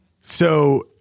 So-